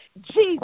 Jesus